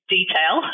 detail